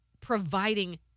providing